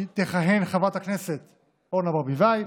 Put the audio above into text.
תכהן חברת הכנסת אורנה ברביבאי,